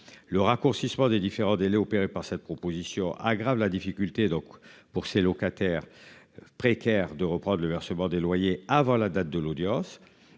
Le raccourcissement des différents délais opéré par cette proposition aggrave la difficulté donc pour ses locataires précaires de reprendre le versement des loyers avant la date de l'audience